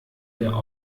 der